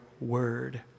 word